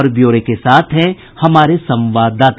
और ब्यौरे के साथ हैं हमारे संवाददाता